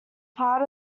part